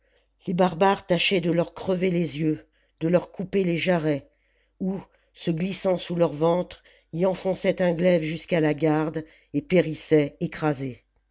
les barbares tâchaient de leur crever les jeux de leur couper les jarrets ou se glissant sous leur ventre y enfonçaient un glaive jusqu'à la garde et périssaient écrasés